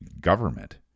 government